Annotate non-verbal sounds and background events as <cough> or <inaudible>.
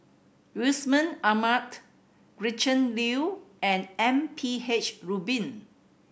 Yusman <unintelligible> Gretchen Liu and M P H Rubin